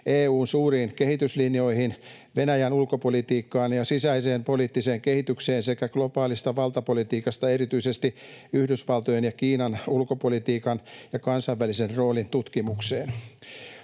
EU:n suuriin kehityslinjoihin, Venäjän ulkopolitiikkaan ja sisäiseen poliittiseen kehitykseen sekä globaalista valtapolitiikasta erityisesti Yhdysvaltojen ja Kiinan ulkopolitiikan ja kansainvälisen roolin tutkimukseen.